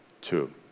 Two